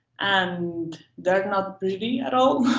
and they're not pretty at all.